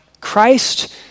Christ